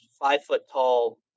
five-foot-tall